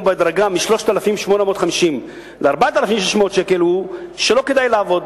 בהדרגה מ-3,850 ל-4,600 שקל הוא שלא כדאי לעבוד.